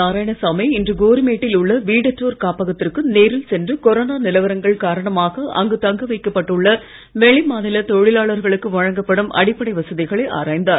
நாராயணசாமி இன்று கோரிமேட்டில் உள்ள வீடற்றோர் காப்பகத்திற்கு நேரில் சென்று கொரோனா நிலவரங்கள் காரணமாக அங்கு தங்க வைக்கப்பட்டுள்ள வெளிமாநில தொழிலாளர்களுக்கு வழங்கப்படும் அடிப்படை வசதிகளை ஆராய்ந்தார்